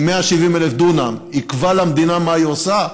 170,000 דונם יקבע למדינה מה היא עושה,